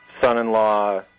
son-in-law